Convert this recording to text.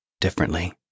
differently